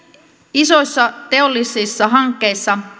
isoissa teollisissa hankkeissa